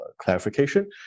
clarification